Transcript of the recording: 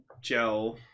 Joe